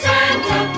Santa